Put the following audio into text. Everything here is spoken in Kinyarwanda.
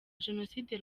jenoside